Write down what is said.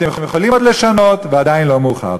אתם יכולים עוד לשנות, ועדיין לא מאוחר.